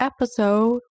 episode